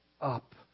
up